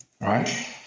Right